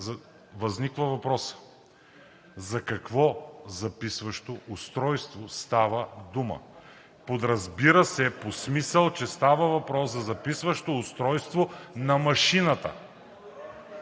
възниква въпросът: за какво записващо устройство става дума? Подразбира се по смисъл, че става въпрос за записващо устройство на машината.